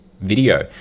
video